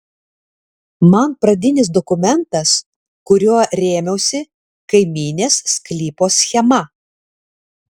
man pradinis dokumentas kuriuo rėmiausi kaimynės sklypo schema